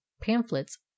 pamphlets